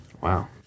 Wow